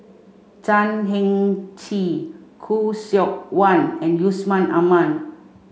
Chan Heng Chee Khoo Seok Wan and Yusman Aman